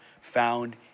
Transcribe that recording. found